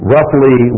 Roughly